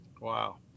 wow